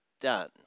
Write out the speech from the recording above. done